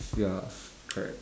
ya correct